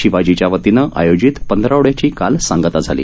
शिवाजीच्या वतीनं आजोजित पंधरवड्याची काल सांगता झाली